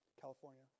California